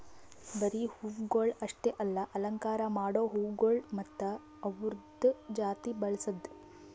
ಬರೀ ಹೂವುಗೊಳ್ ಅಷ್ಟೆ ಅಲ್ಲಾ ಅಲಂಕಾರ ಮಾಡೋ ಹೂಗೊಳ್ ಮತ್ತ ಅವ್ದುರದ್ ಜಾತಿ ಬೆಳಸದ್